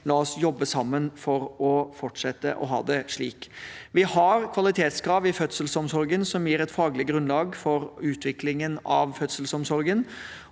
La oss jobbe sammen for å fortsette å ha det slik. Vi har kvalitetskrav i fødselsomsorgen som gir et faglig grunnlag for utviklingen av den.